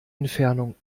entfernung